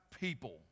people